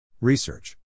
Research